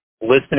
listening